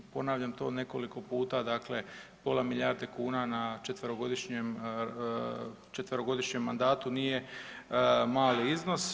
Ponavljam to nekoliko puta dakle pola milijarde kuna na četverogodišnjem mandatu nije mali iznos.